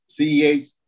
CEH